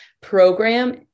program